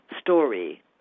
story